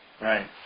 Right